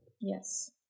Yes